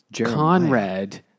Conrad